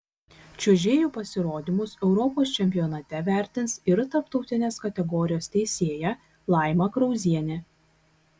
čiuožėjų pasirodymus europos čempionate vertins ir tarptautinės kategorijos teisėja laima krauzienė